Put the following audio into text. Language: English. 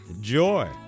joy